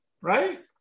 Right